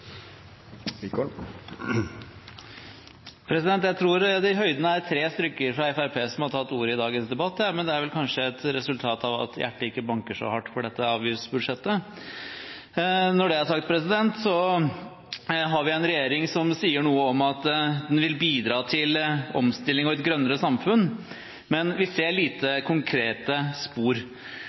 tre stykker fra Fremskrittspartiet som har tatt ordet i dagens debatt, men det er vel kanskje et resultat av at hjertet ikke banker så hardt for dette avgiftsbudsjettet. Når det er sagt, har vi en regjering som sier noe om at den vil bidra til omstilling og et grønnere samfunn – men vi ser lite konkrete spor.